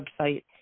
website